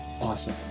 Awesome